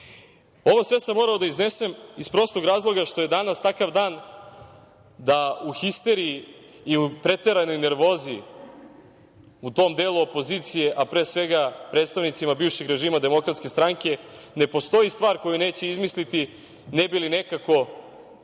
sve sam morao da iznesem iz prostog razloga što je danas takav dan da u histeriji i u preteranoj nervozi u tom delu opozicije, a pre svega predstavnicima bivšeg režima DS ne postoji stvar koju neće izmisliti ne bi li nekako